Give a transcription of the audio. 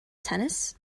tennis